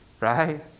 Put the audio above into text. Right